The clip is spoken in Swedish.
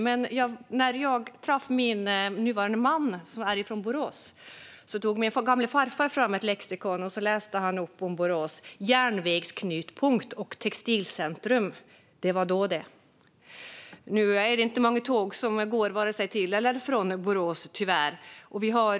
Men när jag träffade min nuvarande man, som är från Borås, tog min gamle farfar fram ett lexikon och läste om Borås som järnvägsknutpunkt och textilcentrum. Det var då, det. Nu är det inte många tåg som går vare sig till eller från Borås, tyvärr.